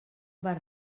bar